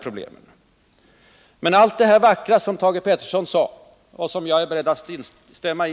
Men när det gäller allt det där vackra som Thage Peterson sade och som jag är beredd att